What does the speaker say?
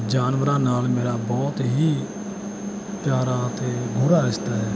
ਜਾਨਵਰਾਂ ਨਾਲ ਮੇਰਾ ਬਹੁਤ ਹੀ ਪਿਆਰਾ ਅਤੇ ਗੂੜ੍ਹਾ ਰਿਸ਼ਤਾ ਹੈ